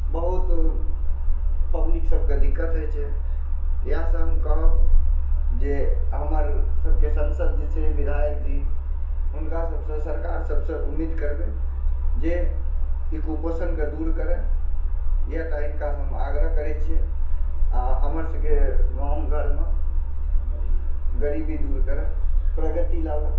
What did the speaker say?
बहुत पब्लिक सबकेँ दिक्कत होइ छै इएह सब हम कहब जे हमर सबके सांसद जे छै विधायक जी हुनका सबसँ सरकार सबसँ उम्मीद करबै जे ई कुपोषण कऽ दूर करए इएह टा हिनका सबसँ हम आग्रह करै छियनि आ हमर सबके गाम घरमे गरीबी दूर करए प्रगति लाबए